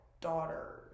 Daughter